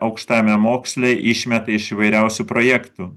aukštajame moksle išmeta iš įvairiausių projektų